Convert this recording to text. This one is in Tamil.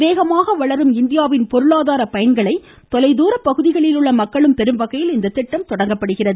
வேகமாக வளரும் இந்தியாவின் பொருளாதார பயன்களை தொலைதுார பகுதிகளில் உள்ள மக்களும பெறும் வகையில் இந்த திட்டம் துவங்கப்படுகிறது